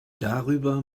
darüber